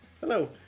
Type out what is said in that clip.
hello